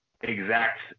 exact